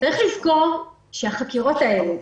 צריך לזכור שהחקירות האלה,